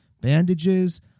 bandages